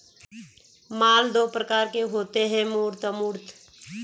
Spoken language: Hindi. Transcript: माल दो प्रकार के होते है मूर्त अमूर्त